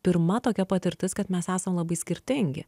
pirma tokia patirtis kad mes esam labai skirtingi